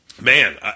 Man